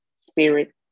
spirit